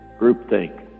groupthink